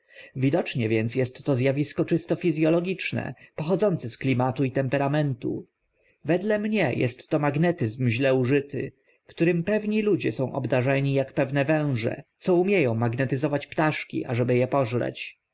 widocznie więc est to z awisko czysto fiz ologiczne pochodzące z klimatu i temperamentu według mnie est to magnetyzm źle użyty którym pewni ludzie są obdarzeni ak pewne węże co umie ą magnetyzować ptaszki ażeby e pożreć